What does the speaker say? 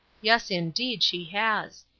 yes, indeed, she has!